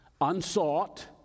unsought